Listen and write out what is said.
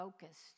focused